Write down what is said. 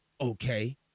okay